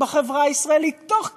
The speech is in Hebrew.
בחברה הישראלית, תוך כדי,